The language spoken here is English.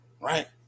right